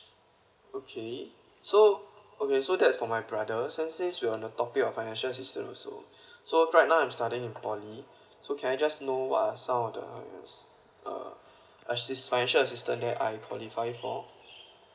okay so okay so that's for my brother so since we are on the topic of financial assistance also so right now I'm studying in poly so can I just know what are some of the uh assist financial assistance that I qualify for